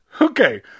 Okay